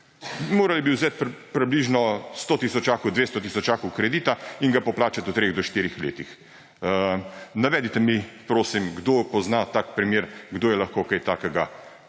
morali vzeti približno 100 tisočakov, 200 tisočakov kredita in ga poplačati v treh do štirih letih. Navedite mi, prosim, kdo pozna tak primer, kdo se je lahko kaj takega